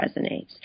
resonates